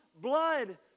blood